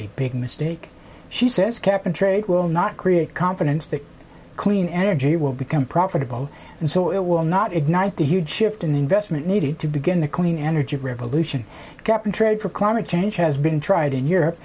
a big mistake she says cap and trade will not create confidence that clean energy will become profitable and so it will not ignite the huge shift in investment needed to begin the clean energy revolution cap and trade for climate change has been tried in europe